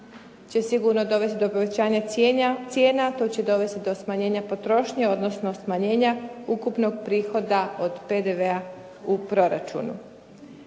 će sigurno dovesti do povećanja cijena, to će dovesti do smanjenja potrošnje, odnosno smanjenja ukupnog prihoda od PDV-a u proračunu.